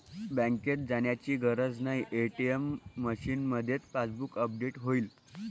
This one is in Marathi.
बँकेत जाण्याची गरज नाही, ए.टी.एम मशीनमध्येच पासबुक अपडेट होईल